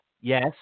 yes